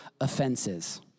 offenses